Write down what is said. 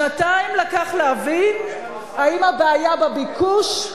שנתיים לקח להבין אם הבעיה בביקוש,